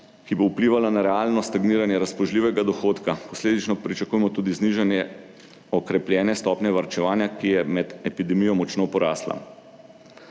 ki bo vplivala na realno stagniranja razpoložljivega dohodka. Posledično pričakujemo tudi znižanje okrepljene stopnje varčevanja, ki je med epidemijo močno porasla.